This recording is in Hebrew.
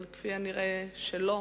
ככל הנראה לא,